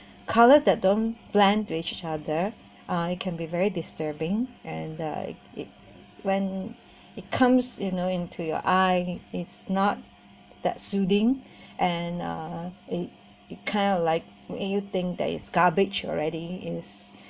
colours that don't blend to each other uh it can be very disturbing and uh it it when it comes you know into your eye is not that soothing and uh it it kind of like make you think that's garbage already is